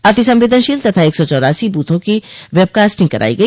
अति संवेदनशील एक सौ चौरासी बूथों की वेबकास्टिंग कराई गई